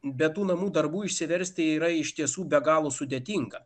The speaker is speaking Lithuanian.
be tų namų darbų išsiversti yra iš tiesų be galo sudėtinga